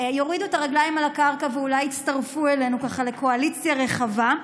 יורידו את הרגליים לקרקע ואולי יצטרפו אלינו ככה לקואליציה רחבה,